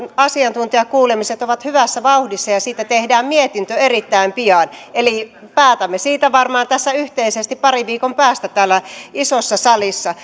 asiantuntijakuulemiset ovat hyvässä vauhdissa ja siitä tehdään mietintö erittäin pian eli päätämme siitä varmaan tässä yhteisesti parin viikon päästä täällä isossa salissa